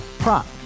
Prop